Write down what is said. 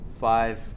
Five